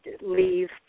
leave